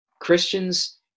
Christians